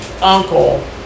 uncle